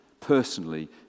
personally